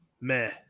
Meh